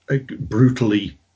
brutally